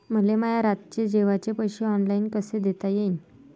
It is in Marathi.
मले माया रातचे जेवाचे पैसे ऑनलाईन कसे देता येईन?